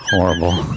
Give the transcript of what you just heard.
Horrible